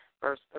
verse